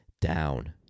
down